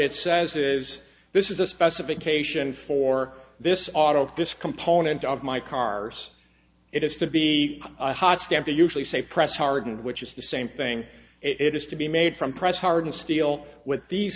it says is this is the specification for this auto this component of my cars it has to be a hot stand the usually say press hardened which is the same thing it is to be made from pressed hard steel with these